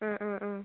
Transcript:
ആ ആ ആ